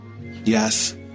Yes